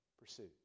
pursuit